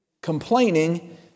Complaining